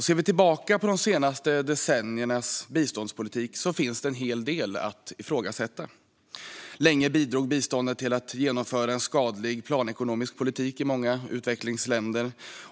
Ser vi tillbaka på de senaste decenniernas biståndspolitik finns det en hel del att ifrågasätta. Länge bidrog biståndet till att en skadlig planekonomisk politik genomfördes i många utvecklingsländer.